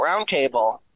Roundtable